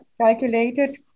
calculated